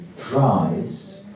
tries